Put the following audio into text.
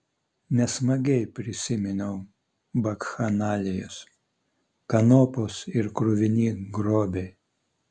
nesmagiai prisiminiau bakchanalijas kanopos ir kruvini grobiai